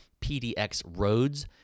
pdxroads